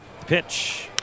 Pitch